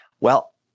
well-